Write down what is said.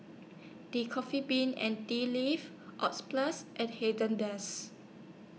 The Coffee Bean and Tea Leaf Oxyplus and Haagen Dazs